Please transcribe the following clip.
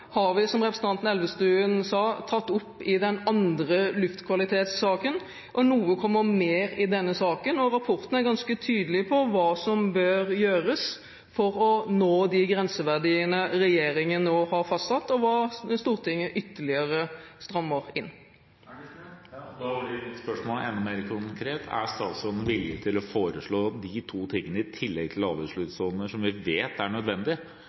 har vi, som representanten Elvestuen sa, tatt opp i den andre saken om luftkvalitet, mer kommer i denne saken, og rapporten er ganske tydelig på hva som bør gjøres for å nå de grenseverdiene regjeringen har fastsatt, og hva Stortinget ytterligere strammer inn. Da blir mitt spørsmål enda mer konkret: Er statsråden villig til å foreslå de to tingene, nemlig omkjøringstraseer for tungtransport og forbud mot dieselbiler på de mest trafikkerte dagene, i tillegg til lavutslippssoner, som vi vet er nødvendig